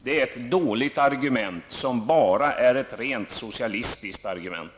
Det är ett dåligt argument som bara är ett rent socialistiskt argument.